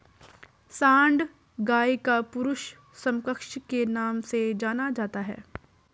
सांड गाय का पुरुष समकक्ष के नाम से जाना जाता है